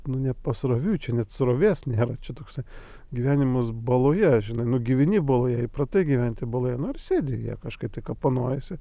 nu ne pasroviui čia net srovės nėra čia toksai gyvenimas baloje žinai nu gyveni baloje įpratai gyventi baloje nu ir sėdi joje kažkaip kapanojiesi